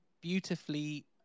beautifully